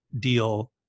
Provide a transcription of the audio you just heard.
deal